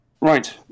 right